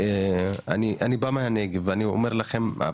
אני בא מהנגב ואני אומר לכם,